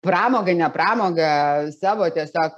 pramogą ne pramogą savo tiesiog